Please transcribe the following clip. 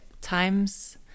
times